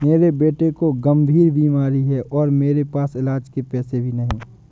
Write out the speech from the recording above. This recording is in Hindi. मेरे बेटे को गंभीर बीमारी है और मेरे पास इलाज के पैसे भी नहीं